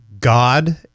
God